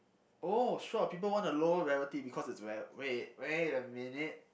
oh sure people want the low reality because it's very wait wait a minute